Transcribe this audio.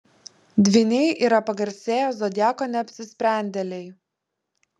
dvyniai yra pagarsėję zodiako neapsisprendėliai